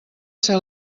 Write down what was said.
ser